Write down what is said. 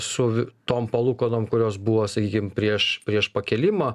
su tom palūkanom kurios buvo sakykim prieš prieš pakilimą